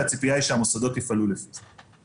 והציפייה היא שהמוסדות יפעלו לפי זה.